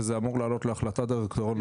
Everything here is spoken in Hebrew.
וזה עלול לעלות להחלטת דירקטוריון נוספת.